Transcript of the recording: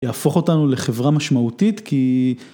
יהפוך אותנו לחברה משמעותית כי.